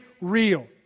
real